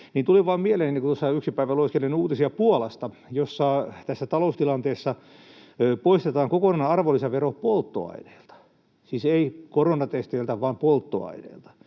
että kun tuossa yksi päivä lueskelin uutisia Puolasta, jossa tässä taloustilanteessa poistetaan kokonaan arvonlisävero polttoaineilta — siis ei koronatesteiltä vaan polttoaineilta